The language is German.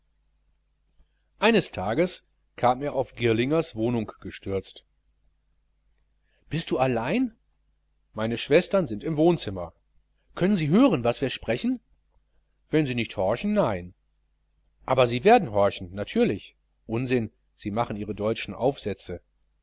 eines tages kam er auf girlingers wohnung gestürzt bist du allein meine schwestern sind im wohnzimmer können sie hören was wir sprechen wenn sie nicht horchen nein aber sie werden horchen natürlich unsinn sie machen ihre deutschen aufsätze